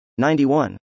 91